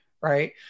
right